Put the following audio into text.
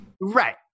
Right